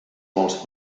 vols